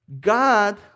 God